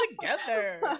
together